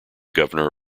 governor